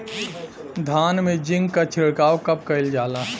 धान में जिंक क छिड़काव कब कइल जाला?